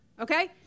Okay